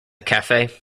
cafe